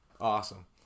Awesome